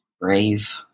brave